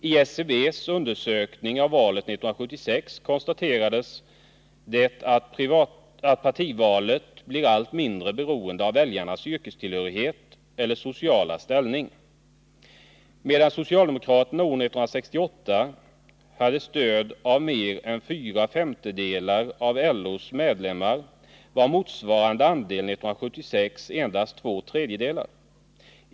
I SCB:s undersökning av valet 1976 konstaterades det att partivalet blir allt mindre beroende av väljarnas yrkestillhörighet eller sociala ställning. Socialdemokraterna hade 1968 stöd av mer än fyra femtedelar av LO:s medlemmar, medan motsvarande andel 1976 var endast två tredjedelar.